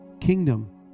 kingdom